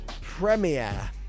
premiere